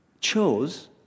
chose